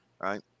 right